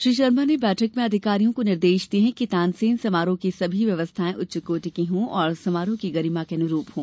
श्री शर्मा ने बैठक में अधिकारियों को निर्देश दिए कि तानसेन समारोह की सभी व्यवस्थायें उच्च कोटि की और समारोह की गरिमा के अनुरूप हों